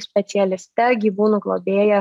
specialiste gyvūnų globėja